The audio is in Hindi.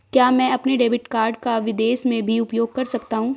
क्या मैं अपने डेबिट कार्ड को विदेश में भी उपयोग कर सकता हूं?